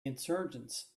insurgents